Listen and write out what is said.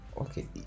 okay